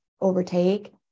overtake